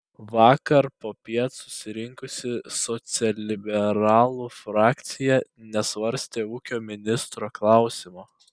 vakar popiet susirinkusi socialliberalų frakcija nesvarstė ūkio ministro klausimo